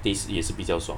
taste 也是比较爽